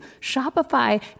Shopify